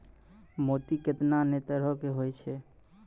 मोती केतना नै तरहो के होय छै